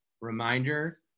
Reminder